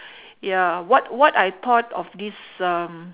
ya what what I thought of this um